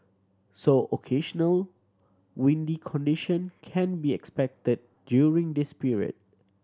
so occasional windy condition can be expected during this period